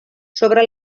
sobre